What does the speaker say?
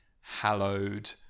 hallowed